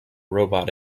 robot